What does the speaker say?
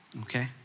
okay